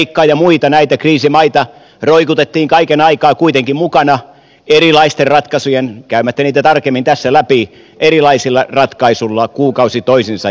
kreikkaa ja muita näitä kriisimaita roikotettiin kaiken aikaa kuitenkin mukana käymättä niitä tarkemmin tässä läpi erilaisilla ratkaisuilla kuukausi toisensa jälkeen